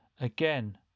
again